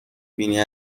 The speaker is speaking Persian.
بینی